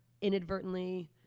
inadvertently